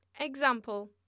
Example